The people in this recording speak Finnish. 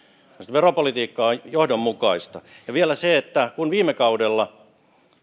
veropolitiikka on johdonmukaista ja vielä se että kun viime kaudella